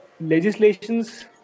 legislations